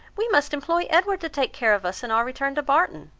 we must employ edward to take care of us in our return to barton.